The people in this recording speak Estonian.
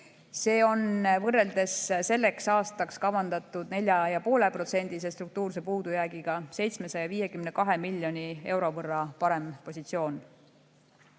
See on võrreldes selleks aastaks kavandatud 4,5%‑lise struktuurse puudujäägiga 752 miljoni euro võrra parem positsioon.